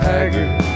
Haggard